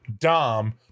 Dom